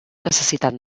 necessitat